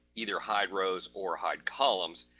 either hide rows or hide columns,